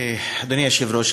אדוני היושב-ראש,